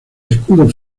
escudo